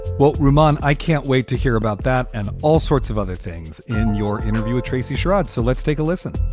well, reman, i can't wait to hear about that and all sorts of other things in your interview with tracy sharod, so let's take a listen